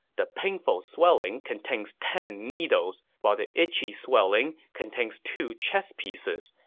the painful swelling contains ten needles, while the itchy swelling contains two chess pieces,